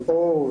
עור,